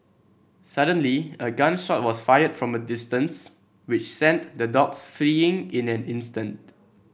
suddenly a gun shot was fired from a distance which sent the dogs fleeing in an instant